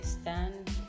stand